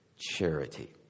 Charity